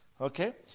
Okay